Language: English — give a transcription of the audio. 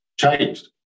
changed